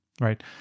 Right